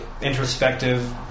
introspective